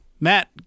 matt